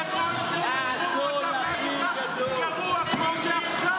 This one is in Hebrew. בכל תחום ותחום המצב לא היה כל כך גרוע כמו שעכשיו.